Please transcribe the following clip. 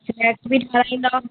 snacks बि ठाराहींदव